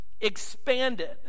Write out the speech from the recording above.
Expanded